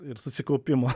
ir susikaupimo